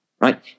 right